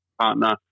partner